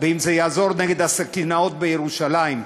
ואם זה יעזור נגד הסכינאות בירושלים.